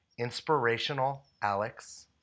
InspirationalAlex